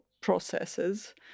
processes